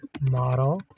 model